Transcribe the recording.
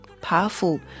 powerful